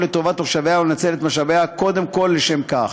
לטובת תושביה ולנצל את משאביה קודם כול לשם כך.